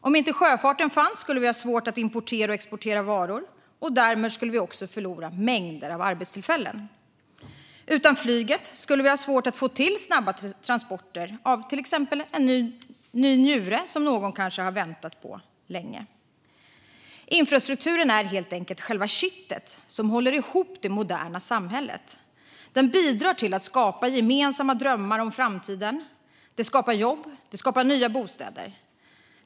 Om inte sjöfarten fanns skulle vi ha svårt att importera och exportera varor och därmed förlora mängder av arbetstillfällen. Utan flyget skulle vi ha svårt att få snabba transporter av till exempel en ny njure som någon har väntat länge på. Infrastrukturen är helt enkelt själva kittet som håller ihop det moderna samhället. Den bidrar också till att skapa gemensamma drömmar om framtiden. Den skapar jobb och nya bostäder.